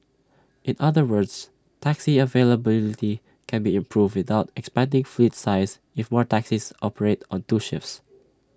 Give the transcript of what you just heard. in other words taxi availability can be improved without expanding fleet size if more taxis operate on two shifts